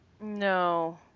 No